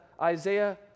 Isaiah